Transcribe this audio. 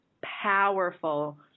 powerful